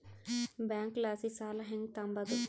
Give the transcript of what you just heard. ಬ್ಯಾಂಕಲಾಸಿ ಸಾಲ ಹೆಂಗ್ ತಾಂಬದು?